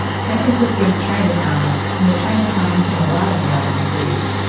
san francisco's chinatown and the chinatowns in a lot of american cities,